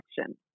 action